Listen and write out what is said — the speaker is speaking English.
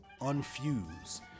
unfuse